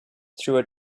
through